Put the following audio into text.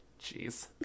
Jeez